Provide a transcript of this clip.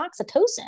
oxytocin